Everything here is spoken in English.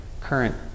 current